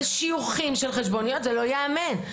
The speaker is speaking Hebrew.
זה לא ייאמן,